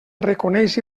reconeix